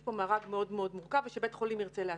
יש פה מארג מאוד מורכב ושבית חולים ירצה להשקיע.